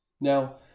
Now